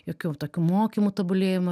jokių tokių mokymų tobulėjimo